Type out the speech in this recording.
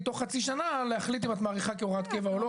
בתוך שנה להחליט אם את מאריכה להוראת קבע או לא.